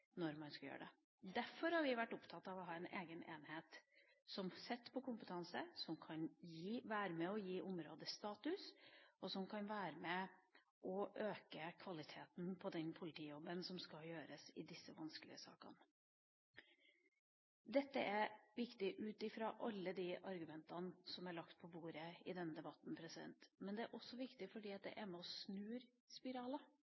Derfor har vi vært opptatt av å ha en egen enhet som sitter på kompetanse, som kan være med og gi området status, og som kan være med og øke kvaliteten på den politijobben som skal gjøres i disse vanskelige sakene. Dette er viktig ut fra alle de argumentene som er lagt på bordet i denne debatten. Men det er også viktig fordi det er med og snur spiraler.